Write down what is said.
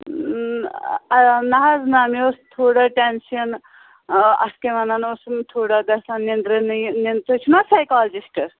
نہَ حظ نہَ مےٚ اوس تھوڑا ٹٮ۪نٛشَن اَتھ کیٛاہ وَنان اوسُم تھوڑا گژھان نِیٚنٛدرٕ نہٕ نیٚنٛدر یہِ تُہۍ چھُو نا حظ سایکالجِسٹہٕ